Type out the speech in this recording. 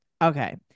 Okay